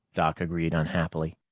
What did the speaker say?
doc agreed unhappily.